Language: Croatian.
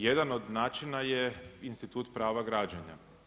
Jedan od načina je institut prava građenja.